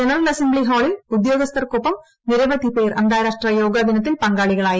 general അസംബ്ളിഹാളിൽ ഉദ്യോഗസ്ഥർക്കൊപ്പം നിരവധിപേർ അന്താരാഷ്ട്ര യോഗദിനത്തിൽ പങ്കാളികളായി